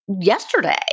yesterday